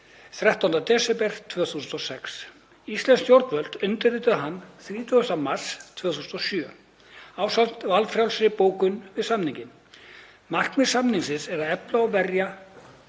Íslensk stjórnvöld undirrituðu hann 30. mars 2007 ásamt valfrjálsri bókun við samninginn. Markmið samningsins er að efla, verja